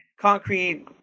concrete